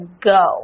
go